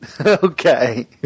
Okay